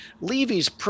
Levy's